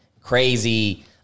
crazy